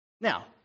Now